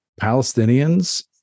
Palestinians